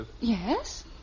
Yes